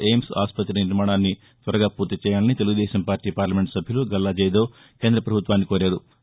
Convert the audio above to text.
AIIMS ఆస్పత్రి నిర్మాణాన్ని త్వరగా పూర్తి చేయాలని తెలుగుదేశం పార్లీ పార్లమెంటు సభ్యులు గల్లా జయదేవ్ కేంద్ర పభుత్వాన్ని కోరారు